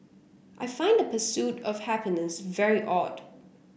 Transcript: I find the pursuit of happiness very odd